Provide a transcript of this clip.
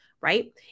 right